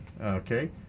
Okay